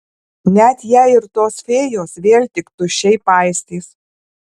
net jei ir tos fėjos vėl tik tuščiai paistys